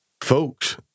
Folks